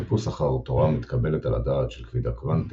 החיפוש אחר תורה מתקבלת על הדעת של כבידה קוונטית,